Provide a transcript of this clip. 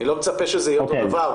אני לא מצפה שזה יהיה אותו דבר.